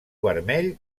vermell